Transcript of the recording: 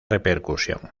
repercusión